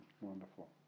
Wonderful